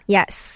Yes